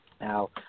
Now